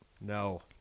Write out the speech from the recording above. No